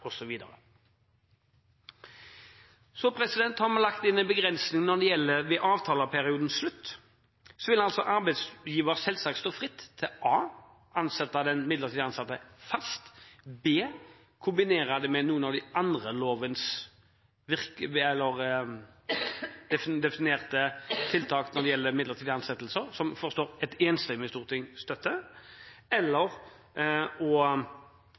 osv. Så har vi lagt inn en begrensning ved avtaleperiodens slutt. Da vil arbeidsgiver selvsagt stå fritt til enten å ansette den midlertidige ansatte fast, kombinere det med noen av de andre definerte tiltakene når det gjelder midlertidige ansettelser – som jeg forstår et enstemmig storting støtter – eller å velge ikke å fornye ansettelsen og